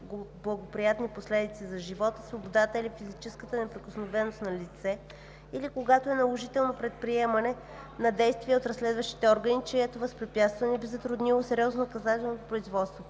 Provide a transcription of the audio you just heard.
неблагоприятни последици за живота, свободата или физическата неприкосновеност на лице, или когато е наложително предприемане на действия от разследващите органи, чието възпрепятстване би затруднило сериозно наказателното производство.